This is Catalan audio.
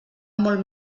molt